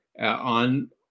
on